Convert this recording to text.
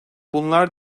bunlar